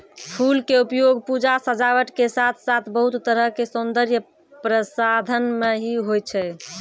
फूल के उपयोग पूजा, सजावट के साथॅ साथॅ बहुत तरह के सौन्दर्य प्रसाधन मॅ भी होय छै